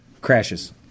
Crashes